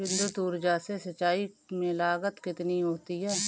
विद्युत ऊर्जा से सिंचाई में लागत कितनी होती है?